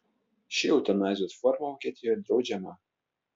ši eutanazijos forma vokietijoje draudžiama